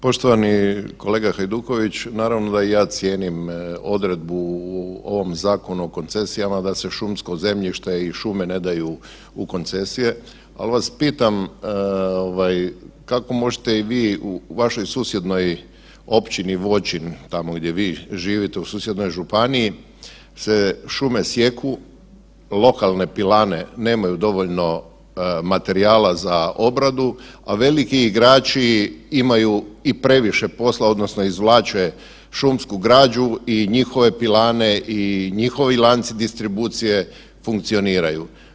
Poštovani kolega Hajdukovi, naravno da i ja cijenim odredbu u ovom Zakonu o koncesijama da se šumsko zemljište i šume ne daju u koncesije, ali vas pitam kako možete i vi u vašoj susjednoj općini Voćin, tamo gdje vi živite u susjednoj župani se šume sijeku, lokalne pilane nemaju dovoljno materijala za obradu, a veliki igrači imaju i previše posla odnosno izvlače šumsku građu i njihove pilane i njihovi lanci distribucije funkcioniraju.